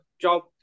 job